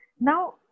Now